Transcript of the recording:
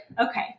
okay